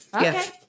Yes